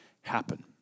happen